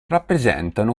rappresentano